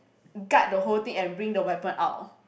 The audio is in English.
guard the whole thing and bring the weapon out